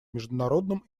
международном